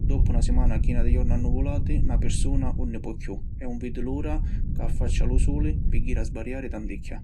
Doppu na simana china di jorna annuvulati na pirsuna ‘un ni pò chiù e ‘un vidi l’ura ca affaccia lu suli pi jiri a sbariari tanticchia.